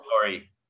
story